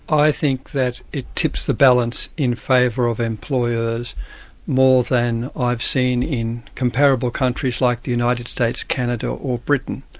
i think that it tips the balance in favour of employers more than i've seen in comparable countries like the united states, canada or britain.